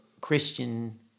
Christian